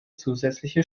zusätzliche